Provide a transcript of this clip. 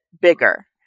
bigger